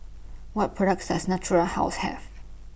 What products Does Natura House Have